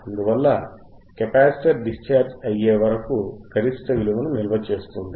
అందువల్ల capacitor discharge అయ్యే వరకు గరిష్ట విలువను నిల్వ చేస్తుంది